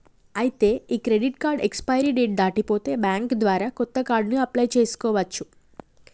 ఐతే ఈ credit card expiry date దాటి పోతే బ్యాంక్ ద్వారా కొత్త కార్డుని అప్లయ్ చేసుకోవచ్చు